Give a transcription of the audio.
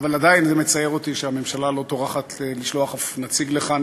אבל עדיין זה מצער אותי שהממשלה לא טורחת לשלוח אף נציג לכאן.